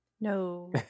No